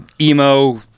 Emo